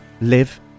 live